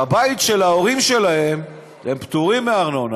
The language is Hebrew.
בבית של ההורים שלהם הם פטורים מארנונה,